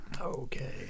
Okay